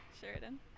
Sheridan